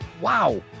wow